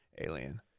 alien